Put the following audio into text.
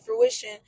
fruition